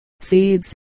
seeds